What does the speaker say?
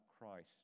Christ